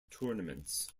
tournaments